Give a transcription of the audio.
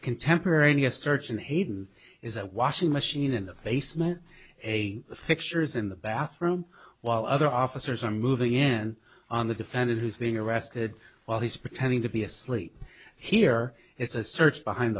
contemporaneous searchin hayden is a washing machine in the basement a fixture is in the bathroom while other officers are moving in on the defendant who's being arrested while he's pretending to be asleep here it's a search behind